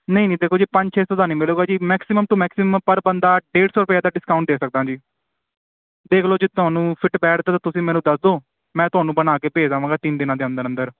ਨਹੀਂ ਨਹੀਂ ਦੇਖੋ ਜੀ ਪੰਜ ਛੇ ਸੌ ਤਾਂ ਨਹੀਂ ਮਿਲੇਗਾ ਜੀ ਮੈਕਸੀਮਮ ਤੋਂ ਮੈਕਸੀਮਮ ਪਰ ਬੰਦਾ ਡੇਢ ਸੌ ਰੁਪਏ ਦਾ ਡਿਸਕਾਊਂਟ ਦੇ ਸਕਦਾ ਜੀ ਦੇਖ ਲਓ ਜੇ ਤੁਹਾਨੂੰ ਫਿੱਟ ਬੈਠਦਾ ਤਾਂ ਤੁਸੀਂ ਮੈਨੂੰ ਦੱਸ ਦਿਓ ਮੈਂ ਤੁਹਾਨੂੰ ਬਣਾ ਕੇ ਭੇਜ ਦੇਵਾਂਗਾ ਤਿੰਨ ਦਿਨਾਂ ਦੇ ਅੰਦਰ ਅੰਦਰ